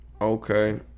Okay